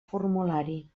formulari